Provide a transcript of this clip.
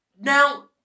now